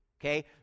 Okay